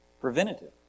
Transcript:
preventative